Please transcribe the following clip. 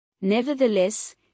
Nevertheless